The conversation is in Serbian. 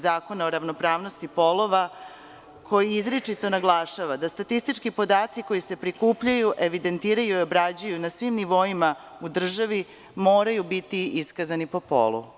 Zakona o ravnopravnosti polova koji izričito naglašava da statistički podaci koji se prikupljaju, evidentiraju i obrađuju na svim nivoima u državi moraju biti iskazani po polu.